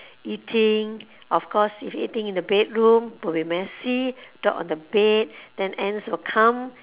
eating of course if eating in the bedroom will be messy drop on the bed then ants will come